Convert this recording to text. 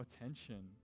attention